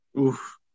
oof